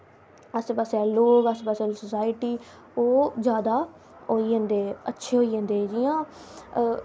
आस्से पास्से आह्ले लोग आस्सै पास्से आह्ली सोसाईटी ओह् जादा होई जंदे अच्छे होई जंदे जियां